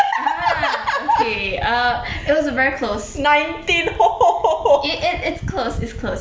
ah okay uh it was a very close it it it's close it's close